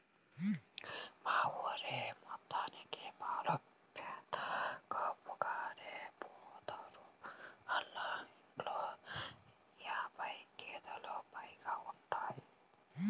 మా ఊరి మొత్తానికి పాలు పెదకాపుగారే పోత్తారు, ఆళ్ళ ఇంట్లో యాబై గేదేలు పైగా ఉంటయ్